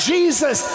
Jesus